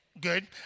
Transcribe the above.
good